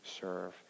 serve